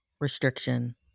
Restriction